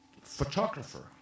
photographer